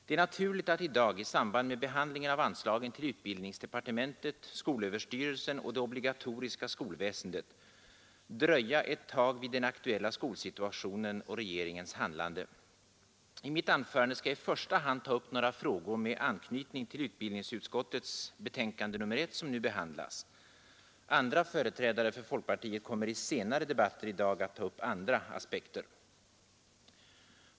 Det är naturligt att i dag i samband med behandlingen av anslagen till utbildningsdepartementet, skolöverstyrelsen och det obligatoriska skolväsendet dröja ett tag vid den aktuella skolsituationen och regeringens handlande. I mitt anförande skall jag i första hand ta upp några frågor med anknytning till utbildningsutskottets betänkande nr 1, som nu behandlas. Andra företrädare för folkpatiet kommer i senare debatter i dag att ta upp andra aspekter.